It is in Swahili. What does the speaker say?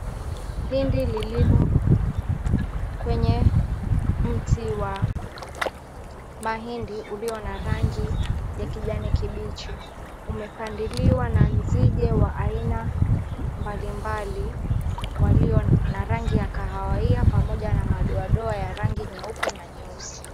Hindi lililo kwenye mti wa mahindi ulio na rangi ya kijani kibichi, umepandiliwa na nzige wa aina mbalimbali walio na rangi ya kahawia pamoja na madoadoa ya rangi nyeupe na nyeusi.